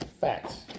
facts